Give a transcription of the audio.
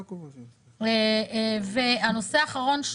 הנושא האחרון,